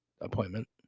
appointment